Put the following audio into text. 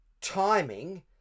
timing